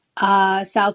South